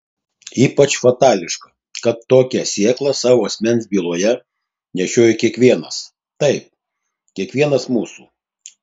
ypač fatališka kad tokią sėklą savo asmens byloje nešiojo kiekvienas taip kiekvienas mūsų